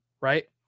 right